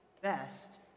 best